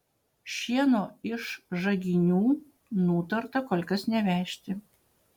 šieno iš žaginių nutarta kol kas nevežti